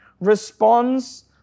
responds